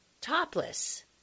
topless